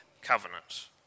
covenant